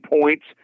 points